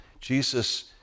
Jesus